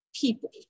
people